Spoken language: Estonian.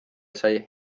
sai